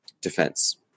defense